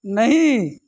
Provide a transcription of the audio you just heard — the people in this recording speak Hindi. नहीं